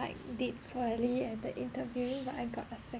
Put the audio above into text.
like did poorly at the interview but I got a second